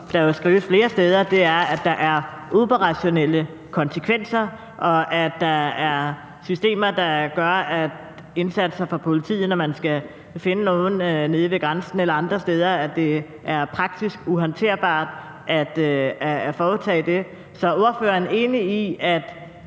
der jo skrives flere steder, er, at der er operationelle konsekvenser, og at der er systemer, der gør, at indsatser fra politiets side, når man skal finde nogle nede ved grænsen eller andre steder, er praktisk uhåndterbare at foretage. Så er ordføreren enig i, at